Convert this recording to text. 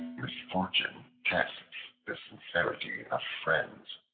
misfortune tests the sincerity of friends.